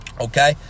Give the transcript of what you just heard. okay